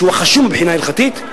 שהוא החשוב מהבחינה ההלכתית,